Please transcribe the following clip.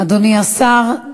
אדוני השר.